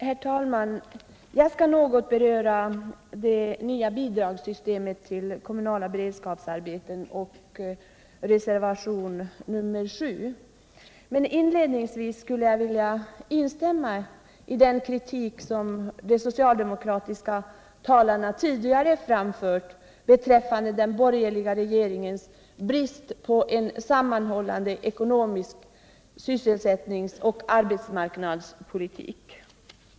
Herr talman! Jag skall något beröra det nya bidragssystemet för kommunala beredskapsarbeten och reservationen 7. Inledningsvis vill jag bara instämma i den kritik som de socialdemokratiska talarna framfört beträffande regeringens avsaknad av en samlad ekonomisk politik och av en samlad sysselsättningsoch arbetsmarknadspolitik.